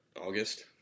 August